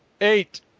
eight